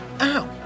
Ow